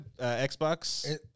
Xbox